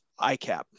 ICAP